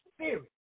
spirit